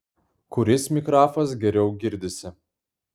kuris mikrafas geriau girdisi